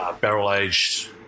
barrel-aged